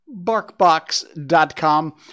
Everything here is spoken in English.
BarkBox.com